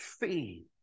Feed